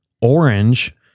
Orange